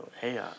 Hey